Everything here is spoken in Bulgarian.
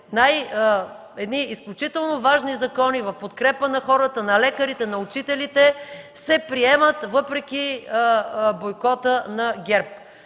едни изключително важни закони в подкрепа на хората, на лекарите, на учителите се приемат въпреки бойкота на ГЕРБ.